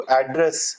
address